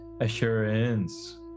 assurance